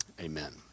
amen